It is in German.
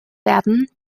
werden